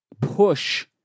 push